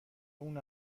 اون